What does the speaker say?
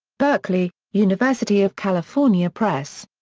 berkeley university of california press.